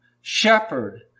shepherd